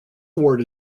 ward